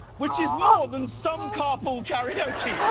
which is more than some carpool karaokes.